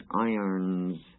irons